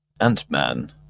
Ant-Man